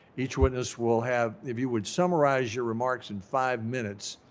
each witness will have, if you would summarize your remarks in five minutes,